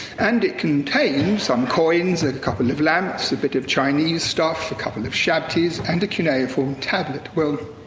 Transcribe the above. and it contained some coins, a couple of lamps, a bit of chinese stuff, a couple of shabtis, and a cuneiform tablet. well,